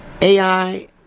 AI